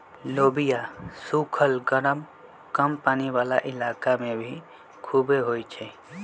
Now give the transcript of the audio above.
लोबिया सुखल गरम कम पानी वाला इलाका में भी खुबे होई छई